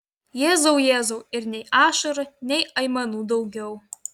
jėzau jėzau ir nei ašarų nei aimanų daugiau